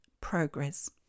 progress